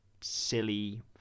silly